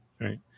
Right